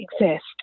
exist